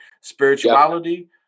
Spirituality